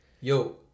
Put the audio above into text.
Yo